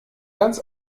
ganz